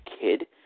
kid